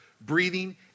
breathing